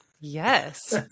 yes